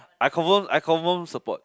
I confirm I confirm support